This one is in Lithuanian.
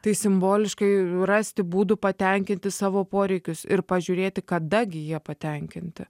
tai simboliškai rasti būdų patenkinti savo poreikius ir pažiūrėti kada gi jie patenkinti